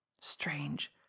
Strange